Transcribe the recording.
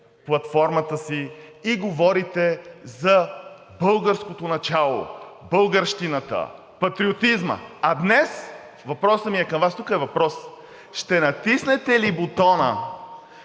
платформата си и говорите за българското начало, българщината, патриотизма, а днес въпросът ми е към Вас – тук е въпрос, ще натиснете ли бутона